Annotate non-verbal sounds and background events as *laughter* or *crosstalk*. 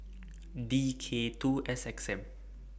*noise* D K two S X M